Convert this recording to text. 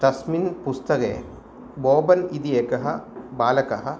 तस्मिन् पुस्तके बोपल् इति एकः बालकः